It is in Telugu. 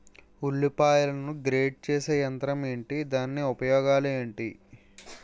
ఉల్లిపాయలను గ్రేడ్ చేసే యంత్రం ఏంటి? దాని ఉపయోగాలు ఏంటి?